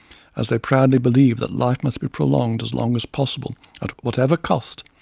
as they proudly believe that life must be prolonged as long as possible at whatever cost,